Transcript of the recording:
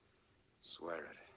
swear it.